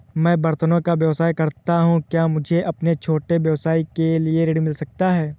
मैं बर्तनों का व्यवसाय करता हूँ क्या मुझे अपने छोटे व्यवसाय के लिए ऋण मिल सकता है?